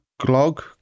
Glog